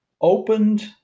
opened